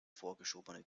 vorgeschobene